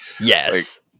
Yes